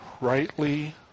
rightly